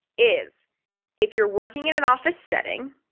is if you're working in an office setting,